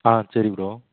ஆ சரி ப்ரோ